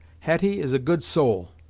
hetty is a good soul,